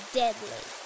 deadly